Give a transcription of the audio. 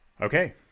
Okay